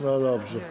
No dobrze.